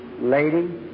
Lady